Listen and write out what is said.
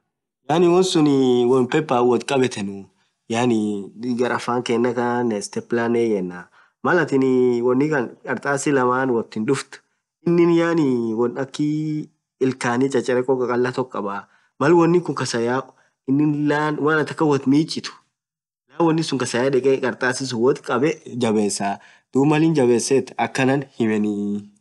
Yaani wonn suun won papern woth khabethu yaani gar afan khena khaana staplernan hii yenaaaa Mal athinii wonn Khan kartasi laman wothin dhufthu inin yaani won akhii ilkhani chacharekho khakhalah thoko khabaa Mal Unni khun kasa yaww inin laan Mal athin akhan woth michithu laan wonisun kasa yae kartasi woth bakha jabesa dhub Mal inin jabesethu akhana himeniii